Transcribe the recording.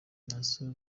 naason